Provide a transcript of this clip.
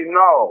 no